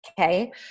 Okay